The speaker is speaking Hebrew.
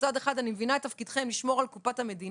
שמצד אחד אני מבינה את תפקידכם לשמור על קופת המדינה.